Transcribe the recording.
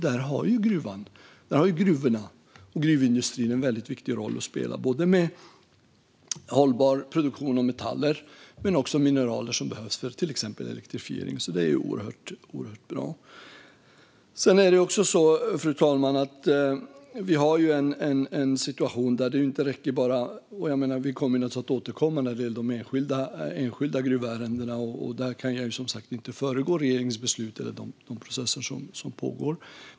Där har gruvorna och gruvindustrin en väldigt viktig roll att spela. Det handlar både om mer hållbar produktion av metaller och om mineraler som behövs för till exempel elektrifiering. Det är oerhört bra. Fru talman! Vi kommer naturligtvis att återkomma när det gäller de enskilda gruvärendena. Där kan jag som sagt inte föregå regeringens beslut eller de processer som pågår.